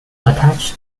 attached